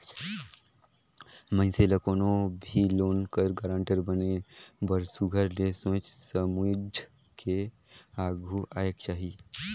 मइनसे ल कोनो भी लोन कर गारंटर बने बर सुग्घर ले सोंएच समुझ के आघु आएक चाही